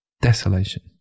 Desolation